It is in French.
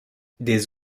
des